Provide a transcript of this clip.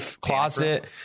closet